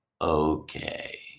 okay